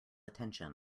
attention